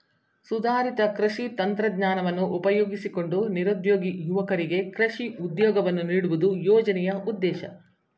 ಸುಧಾರಿತ ಕೃಷಿ ತಂತ್ರಜ್ಞಾನವನ್ನು ಉಪಯೋಗಿಸಿಕೊಂಡು ನಿರುದ್ಯೋಗಿ ಯುವಕರಿಗೆ ಕೃಷಿ ಉದ್ಯೋಗವನ್ನು ನೀಡುವುದು ಯೋಜನೆಯ ಉದ್ದೇಶ